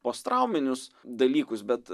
post trauminius dalykus bet